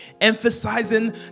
emphasizing